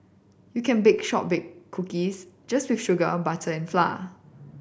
you can bake shortbread cookies just with sugar on butter and flour